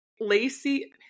Lacey